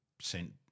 sent